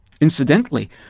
Incidentally